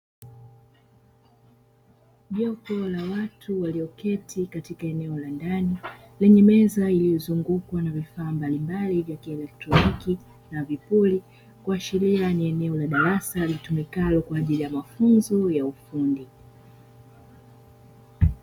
Jopo la watu walioketi katika eneo la ndani lenye meza iliyozungukwa na vifaa mbalimbali vya kieletroniki na vipuri, kuashiria ni eneo la darasa litumikalo kwa ajili ya mafunzo ya ufundi.